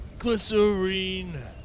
Glycerine